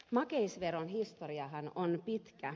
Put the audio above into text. makeisveron historiahan on pitkä